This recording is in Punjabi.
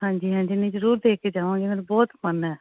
ਹਾਂਜੀ ਹਾਂਜੀ ਨਹੀਂ ਜ਼ਰੂਰ ਦੇਖ ਕੇ ਜਾਵਾਂਗੇ ਮੈਨੂੰ ਬਹੁਤ ਪਸੰਦ ਹੈ